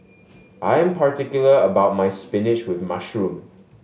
I'm particular about my spinach with mushroom